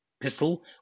pistol